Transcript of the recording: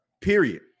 period